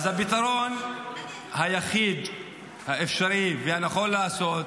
אז הפתרון היחיד האפשרי והנכון לעשות,